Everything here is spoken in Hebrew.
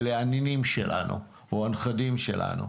אלה הנינים שלנו או הנכדים שלנו.